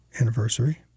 anniversary